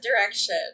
direction